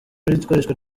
ikoreshwa